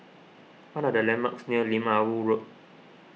what are the landmarks near Lim Ah Woo Road